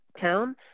town